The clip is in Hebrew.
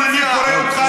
הכול.